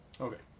okay